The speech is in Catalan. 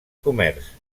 comerç